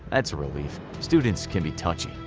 that's a relief. students can be touchy,